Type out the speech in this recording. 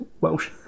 Welsh